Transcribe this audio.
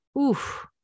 oof